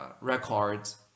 records